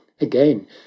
again